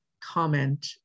comment